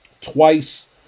twice